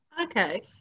Okay